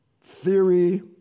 theory